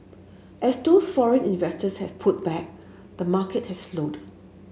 as those foreign investors have pulled back the market has slowed